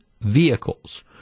vehicles